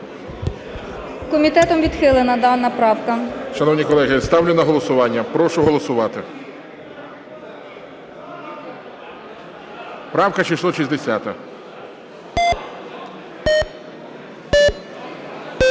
Комітетом відхилена дана правка. ГОЛОВУЮЧИЙ. Шановні колеги, ставлю на голосування. Прошу голосувати, правка 660.